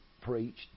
preached